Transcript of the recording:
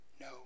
no